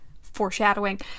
foreshadowing